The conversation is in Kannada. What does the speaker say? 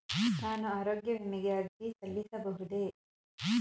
ನಾನು ಆರೋಗ್ಯ ವಿಮೆಗೆ ಅರ್ಜಿ ಸಲ್ಲಿಸಬಹುದೇ?